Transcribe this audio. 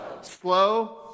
Slow